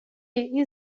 این